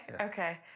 Okay